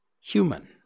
Human